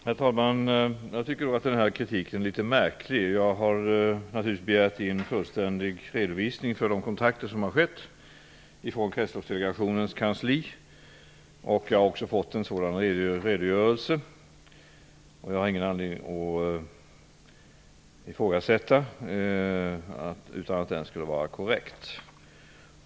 Herr talman! Jag tycker nog att den här kritiken är något märklig. Jag har därför begärt in fullständig redovisning från Kretsloppsdelegationens kansli av de kontakter som har skett, och jag har också fått en sådan redogörelse. Jag har ingen anledning att ifrågasätta korrektheten i denna redogörelse.